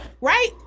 right